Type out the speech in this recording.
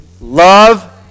love